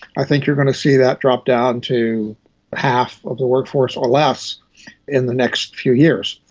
i think you're going to see that drop down to half of the workforce or less in the next few years.